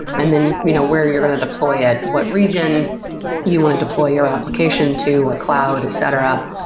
and then you know where you're going to deploy ah it, what region you want to deploy your application to a cloud, etc.